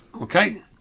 Okay